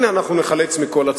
אני גם לא תורן,